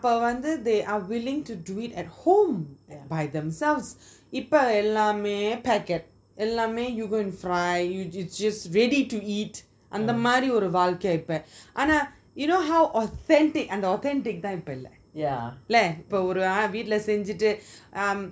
அப்போ வந்து:apo vanthu they are willing to do it at home by themselves இப்போ எல்லாம்செய்:ipo ellamaey packet எல்லாமே:ellamey you go and fry you you just ready to eat அந்த மாறி ஒரு வழக்கை இப்ப அனா:antha maari oru vazhaka ipa ana you know how authentic இப்போ அந்த இல்ல வீட்டுலயே செஞ்சிட்டு:ipo anthu illa veetulayae senjitu